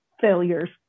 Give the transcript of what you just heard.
failures